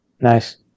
Nice